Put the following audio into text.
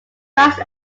rise